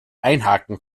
einhaken